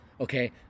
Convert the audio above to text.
Okay